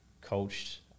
Coached